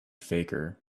faker